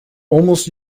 almost